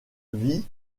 vie